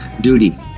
duty